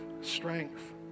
strength